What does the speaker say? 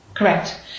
Correct